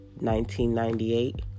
1998